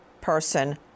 person